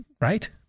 right